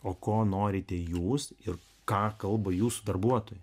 o ko norite jūs ir ką kalba jūsų darbuotojai